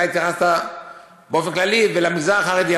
אתה התייחסת באופן כללי ולמגזר החרדי,